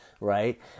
right